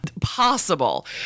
possible